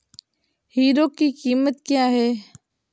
Hero की कीमत क्या है?